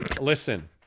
Listen